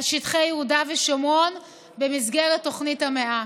שטחי יהודה ושומרון במסגרת תוכנית המאה.